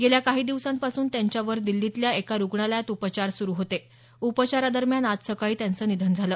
गेल्या काही दिवसांपासून त्यांच्यावर दिछीतल्या एका रुग्णालयात उपचार सुरू होते उपचारादरम्यान आज सकाळी त्यांचं निधन झालं